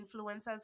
influencers